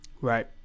right